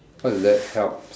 how does that helps